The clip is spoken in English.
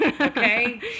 Okay